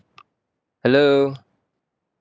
hello